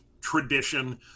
tradition